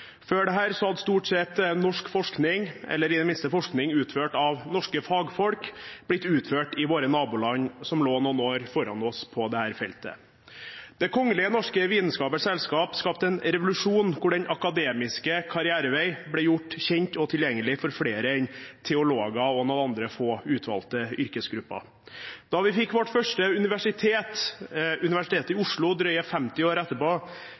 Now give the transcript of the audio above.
Før dette hadde stort sett norsk forskning – eller i det minste forskning utført av norske fagfolk – blitt utført i våre naboland, som lå noen år foran oss på dette feltet. Det Kongelige Norske Videnskabers Selskab skapte en revolusjon der den akademiske karrierevei ble gjort kjent og tilgjengelig for flere enn teologer og noen andre få utvalgte yrkesgrupper. Da vi fikk vårt første universitet, Universitetet i Oslo, drøye 50 år etterpå,